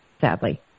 sadly